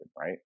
right